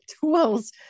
tools